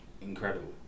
incredible